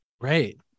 right